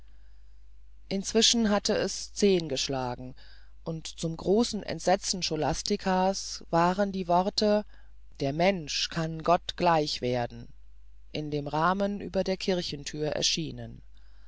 inzwischen hatte es zehn geschlagen und zum großen entsetzen scholastica's waren die worte der mensch kann gott gleich werden in dem rahmen über der kirchthüre erschienen